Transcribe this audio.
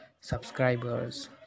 subscribers